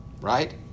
right